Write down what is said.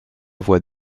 voix